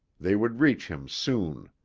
they would reach him soon.